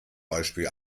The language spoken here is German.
beispiel